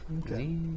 Okay